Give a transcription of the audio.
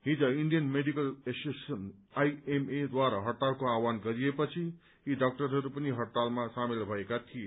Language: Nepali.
हिज इण्डियन मेडिकल एसोसिएशन आईएमएफ द्वारा हड्डतालको आहवान गरिएपछि यी डाक्टरहरू पनि हड्डतालमा सामेल भएका थिए